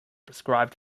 prescribed